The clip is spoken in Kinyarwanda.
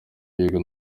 yego